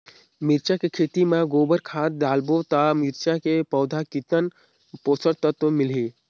मिरचा के खेती मां गोबर खाद डालबो ता मिरचा के पौधा कितन पोषक तत्व मिलही?